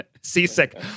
seasick